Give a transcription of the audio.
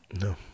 No